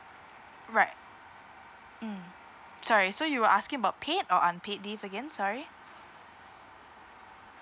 right mm sorry so you're asking about paid or unpaid leave again sorry